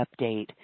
update